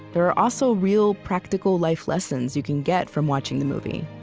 there are also real, practical life lessons you can get from watching the movie.